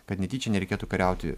kad netyčia nereikėtų kariauti